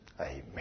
amen